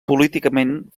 políticament